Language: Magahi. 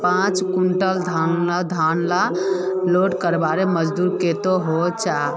पाँच कुंटल धानेर लोड करवार मजदूरी कतेक होचए?